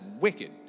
wicked